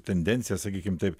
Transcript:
tendencijas sakykim taip